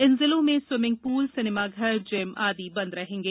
इन जिलों में swimming pool सिनेमाघर जिम आदि बंद रहेंगे